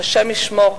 שהשם ישמור.